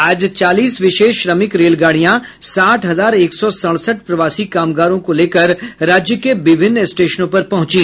आज चालीस विशेष श्रमिक रेलगाड़ियां साठ हजार एक सौ सड़सठ प्रवासी कामगारों को लेकर राज्य के विभिन्न स्टेशनों पर पहुंची